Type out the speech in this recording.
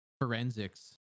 forensics